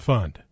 Fund